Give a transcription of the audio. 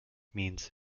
means